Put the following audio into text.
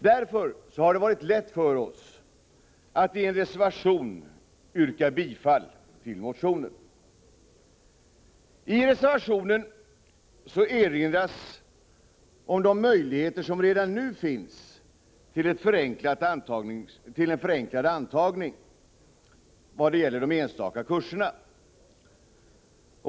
Därför har det varit lätt för oss att i en reservation yrka bifall till motionen. I reservationen erinras om de möjligheter som redan nu finns till en förenklad antagning vad gäller de enstaka kurserna.